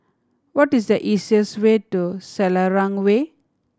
what is the easiest way to Selarang Way